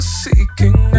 seeking